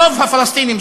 רוב הפלסטינים,